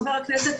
ח"כ,